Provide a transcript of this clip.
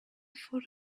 foot